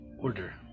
order